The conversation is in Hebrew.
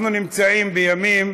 אנחנו נמצאים בימים